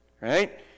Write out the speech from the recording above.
right